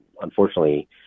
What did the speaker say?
unfortunately